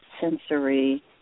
sensory